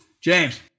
James